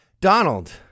Donald